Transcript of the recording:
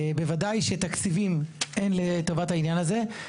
בוודאי שתקציבים אין, לטובת העניין הזה.